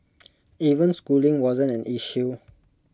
even schooling wasn't an issue